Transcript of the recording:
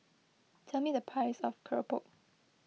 tell me the price of Keropok